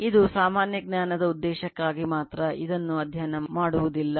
ಇದು ಸಾಮಾನ್ಯ ಜ್ಞಾನದ ಉದ್ದೇಶಕ್ಕಾಗಿ ಮಾತ್ರ ಅದನ್ನು ಅಧ್ಯಯನ ಮಾಡುವುದಿಲ್ಲ